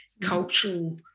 cultural